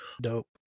Dope